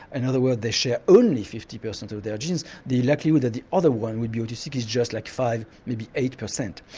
and other words they share only fifty percent of their genes the likelihood that the other one would be autistic is just like five percent may be eight percent.